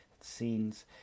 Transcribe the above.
scenes